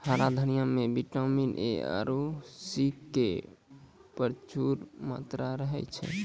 हरा धनिया मॅ विटामिन ए आरो सी के प्रचूर मात्रा रहै छै